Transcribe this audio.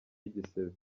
igisebe